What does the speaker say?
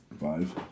Five